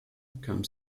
kam